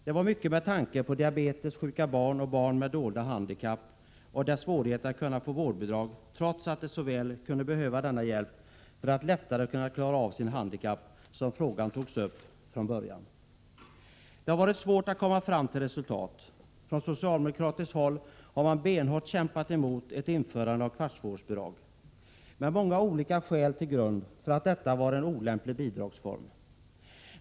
Det var mycket med tanke på diabetessjuka barn och barn med dolda handikapp och dessas svårigheter att få vårdbidrag — trots att de så väl skulle behöva denna hjälp för att lättare kunna klara av sitt handikapp — som frågan togs upp från början. Det har varit svårt att komma fram till resultat. Från socialdemokratiskt håll har man benhårt kämpat emot ett införande av ett kvarts vårdbidrag och anfört många olika skäl till att detta var en olämplig bidragsform.